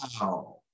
Wow